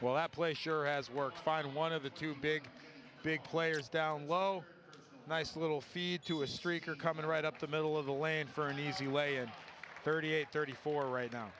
that play sure has worked fine and one of the two big big players down low are nice little feed to a streaker coming right up the middle of the land for an easy way and thirty eight thirty four right now